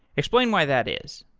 explain why that is.